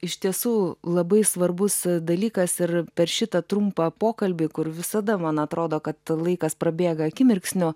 iš tiesų labai svarbus dalykas ir per šitą trumpą pokalbį kur visada man atrodo kad laikas prabėga akimirksniu